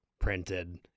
printed